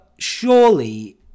Surely